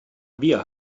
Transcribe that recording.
wir